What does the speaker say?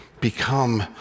become